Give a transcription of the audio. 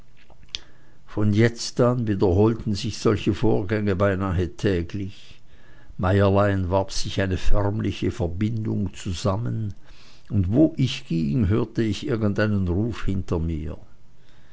von jetzt an wiederholten sich solche vorgänge beinahe täglich meierlein warb sich eine förmliche verbindung zusammen und wo ich ging hörte ich irgendeinen ruf hinter mir